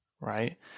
right